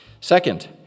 Second